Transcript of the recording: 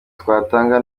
twatanga